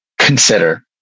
consider